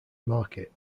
market